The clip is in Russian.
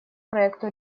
проекту